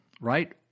right